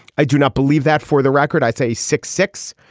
i do not believe that for the record i say six six.